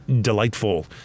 delightful